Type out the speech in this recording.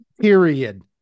Period